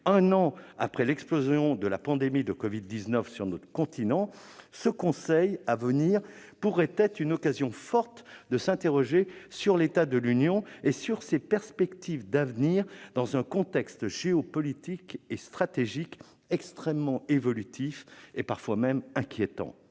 un an après l'explosion de la pandémie de covid-19 sur notre continent, cette réunion pourrait être une occasion forte de s'interroger sur l'état de l'Union et sur ses perspectives d'avenir dans un contexte géopolitique et stratégique extrêmement évolutif, et parfois même inquiétant.